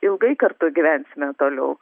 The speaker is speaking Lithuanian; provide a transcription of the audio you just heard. ilgai kartu gyvensime toliau